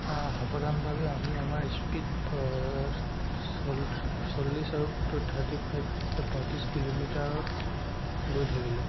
সাৱধানভাৱে আমি আমাৰ স্পীড চল্লি চল্লিছ আৰু থাৰ্টি ফাইভ পঁয়ত্ৰিছ কিলোমিটাৰত গৈ থাকিলোঁ